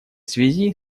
связи